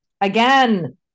Again